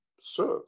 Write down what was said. serve